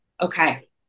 Okay